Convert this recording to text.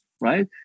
right